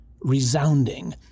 resounding